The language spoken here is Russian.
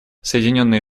соединенные